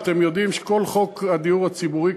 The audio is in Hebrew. אתם יודעים שכל חוק הדיור הציבורי,